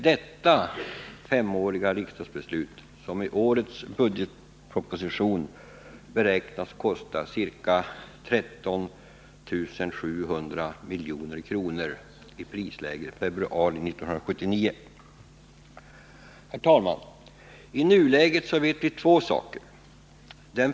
Det är detta riksdagens femårsbeslut som enligt årets budgetproposition beräknas kosta ca 13 700 milj.kr. på basis av prisläget i februari 1979. Herr talman! I nuläget vet vi två saker.